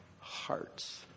hearts